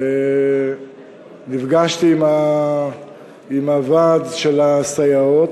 נפגשתי עם הוועד של הסייעות.